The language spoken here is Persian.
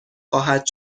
خواهد